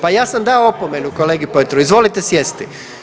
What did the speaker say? Pa ja sam dao opomenu kolegi Petrovu, izvolite sjesti.